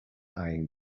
eyeing